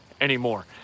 anymore